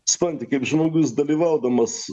supranti kaip žmogus dalyvaudamas